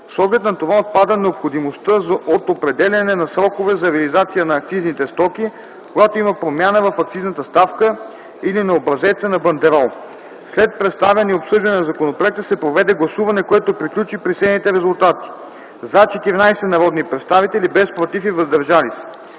С оглед на това отпада необходимостта от определяне на срокове за реализация на акцизните стоки, когато има промяна в акцизната ставка или на образеца на бандерол. След представяне и обсъждане на законопроекта се проведе гласуване, което приключи при следните резултати: „за” – 14 народни представители, без „против” и „въздържали